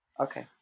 Okay